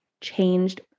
changed